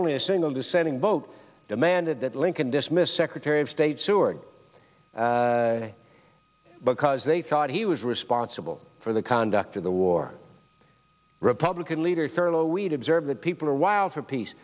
only a single dissenting vote demanded that lincoln dismiss secretary of state seward because they thought he was responsible for the conduct of the war republican leader thurlow weed observe that people are wild for peace